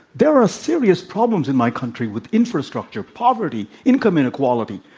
there are serious problems in my country with infrastructure, poverty, income inequality.